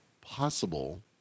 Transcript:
possible